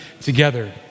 together